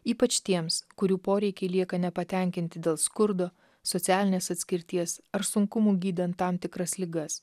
ypač tiems kurių poreikiai lieka nepatenkinti dėl skurdo socialinės atskirties ar sunkumų gydant tam tikras ligas